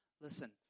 listen